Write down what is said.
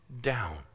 down